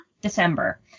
December